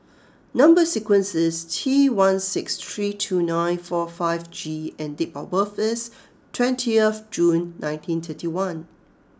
number sequence is T one six three two nine four five G and date of birth is twentieth June nineteen thirty one